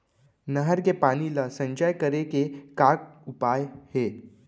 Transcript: नहर के पानी ला संचय करे के का उपाय हे?